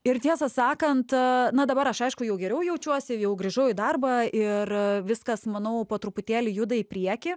ir tiesą sakant na dabar aš aišku jau geriau jaučiuosi jau grįžau į darbą ir viskas manau po truputėlį juda į priekį